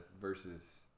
versus